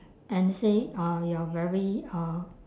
and say uh you're very uh